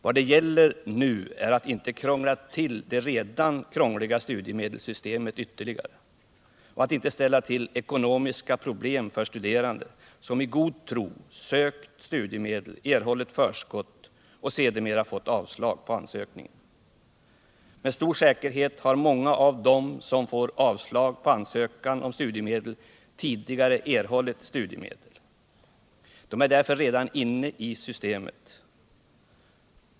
Vad det nu gäller är att inte ytterligare krångla till det redan krångliga studiemedelssystemet och att inte ställa till ekonomiska problem för studerande som i god tro sökt studiemedel, erhållit förskott och sedermera fått avslag på ansökningen. Med stor säkerhet har många av dem som får avslag på ansökan om studiemedel tidigare erhållit studiemedel. De är därför redan inne i systemet.